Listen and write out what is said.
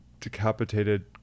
decapitated